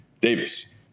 Davis